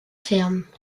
fermes